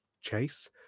Chase